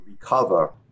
recover